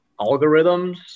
algorithms